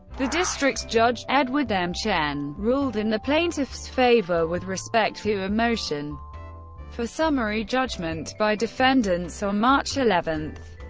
the district judge, edward m. chen, ruled in the plaintiffs' favor with respect to a motion for summary judgement by defendants on so march eleven,